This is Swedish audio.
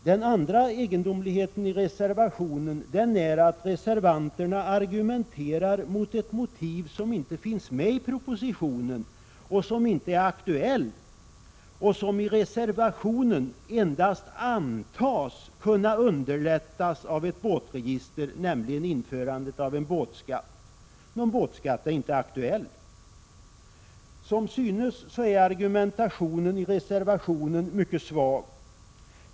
Den andra egendomligheten i reservationen är att reservanterna argumenterar mot ett motiv som inte finns med i propositionen, som inte är aktuellt och som i reservationen endast antas kunna underlättas av ett båtregister, nämligen införandet av en båtskatt. Någon båtskatt är inte aktuell! Som synes är argumentationen i reservationen mycket svag.